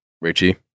Richie